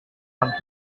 one